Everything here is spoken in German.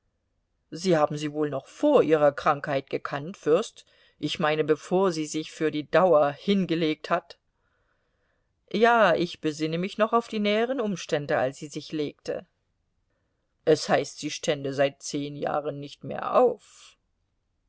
sie haben sie wohl noch vor ihrer krankheit gekannt fürst ich meine bevor sie sich für die dauer hingelegt hat ja ich besinne mich noch auf die näheren umstände als sie sich legte es heißt sie stände seit zehn jahren nicht mehr auf